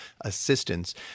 assistance